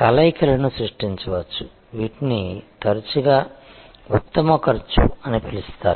కలయికలను సృష్టించవచ్చు వీటిని తరచుగా ఉత్తమ ఖర్చు అని పిలుస్తారు